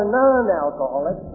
non-alcoholic